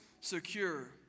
secure